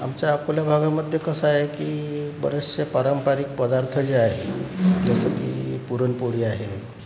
आमच्या अकोला भागामध्ये कसं आहे की बरेचसे पारंपरिक पदार्थ जे आहेत जसं की पुरणपोळी आहे